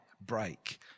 break